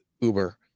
Uber